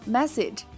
Message